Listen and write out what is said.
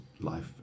life